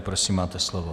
Prosím, máte slovo.